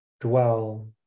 dwell